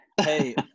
Hey